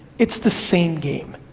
it's the same game.